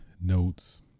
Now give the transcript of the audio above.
notes